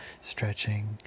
stretching